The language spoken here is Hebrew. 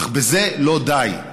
אך בזה לא די,